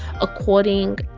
according